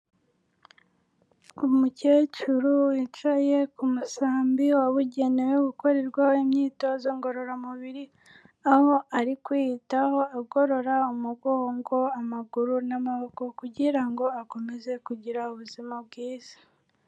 Umukecuru wicaye ku musambi wabugenewe ukorerwaho imyitozo ngororamubiri, aho ari kwiyitaho agorora umugongo, amaguru n'amaboko kugira ngo akomeze kugira ubuzima bwiza.